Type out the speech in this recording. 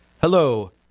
hello